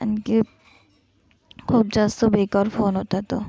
आणखी खूप जास्त बेकार फोन होता तो